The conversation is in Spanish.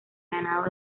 ganado